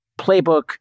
playbook